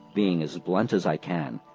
being as blunt as i can,